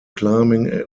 climbing